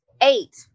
Eight